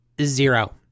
zero